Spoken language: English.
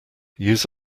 use